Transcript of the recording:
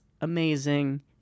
amazing